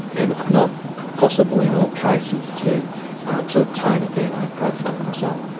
and it's not possible in all cases to to obtain a dna profiling result.